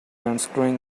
unscrewing